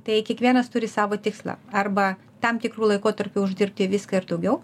tai kiekvienas turi savo tikslą arba tam tikru laikotarpiu uždirbti viską ir daugiau